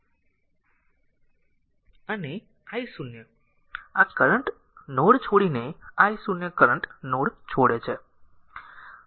અને i 0 આ current node છોડીને i 0 કરંટ નોડ છોડે છે